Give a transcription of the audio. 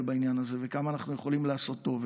בעניין הזה וכמה אנחנו יכולים לעשות טוב,